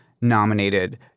nominated